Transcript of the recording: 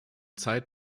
zeit